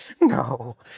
no